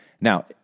Now